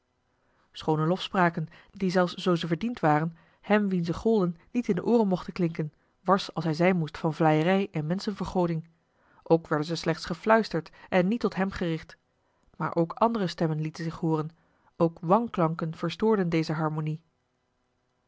schoone lofspraken die zelfs zoo ze verdiend waren hem wien ze golden niet in de ooren mochten klinken wars als hij zijn moest van vleierij en menschenvergoding ook werden ze slechts gefluisterd en niet tot hem gericht maar ook andere stemmen lieten zich hooren ook wanklanken verstoorden deze harmonie